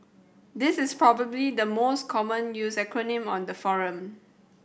this is probably the most common used acronym on the forum